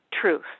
truth